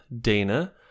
Dana